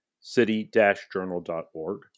city-journal.org